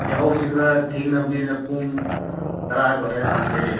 ꯌꯥꯍꯧꯁꯤ ꯈꯔ ꯊꯦꯡꯅꯕꯅꯤꯅ ꯄꯨꯡ ꯇꯔꯥ ꯑꯗꯨꯋꯥꯏꯗ ꯍꯥꯡꯖꯩ